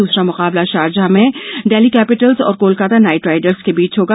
दूसरा मुकाबला शारजाह में डेल्ही कैपिटल्स और कोलकाता नाइट राइडर्स के बीच होगा